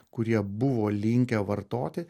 kurie buvo linkę vartoti